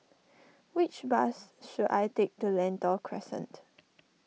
which bus should I take to Lentor Crescent